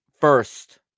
first